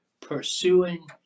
pursuing